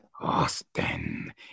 Austin